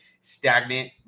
stagnant